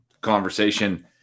conversation